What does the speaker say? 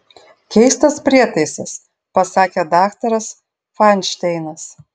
keistas prietaisas pasakė daktaras fainšteinas